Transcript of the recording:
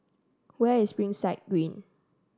where is Springside Green